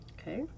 Okay